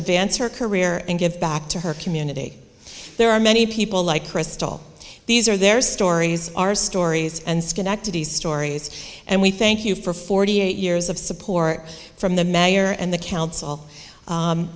advance her career and give back to her community there are many people like crystal these are their stories our stories and schenectady stories and we thank you for forty eight years of support from the mayor and the council